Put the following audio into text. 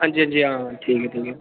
हां जी हां जी हां ठीक ऐ ठीक ऐ